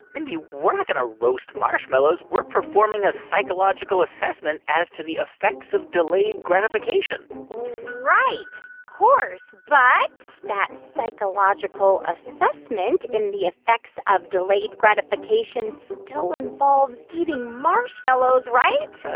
mindy, we're not going to roast marshmallows. we're performing a psychological assessment as to the effects of delayed gratification right. of course. but that psychological assessment in the effects of delayed gratification still involves eating marshmallows, right?